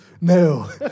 No